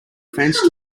fence